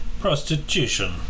prostitution